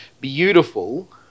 beautiful